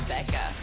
Becca